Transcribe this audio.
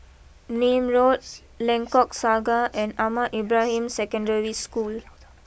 Nim Road Lengkok Saga and Ahmad Ibrahim Secondary School